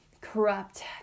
corrupt